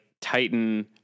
Titan